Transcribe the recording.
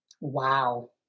Wow